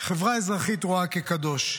שחברה אזרחית רואה כקדוש.